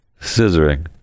scissoring